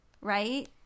right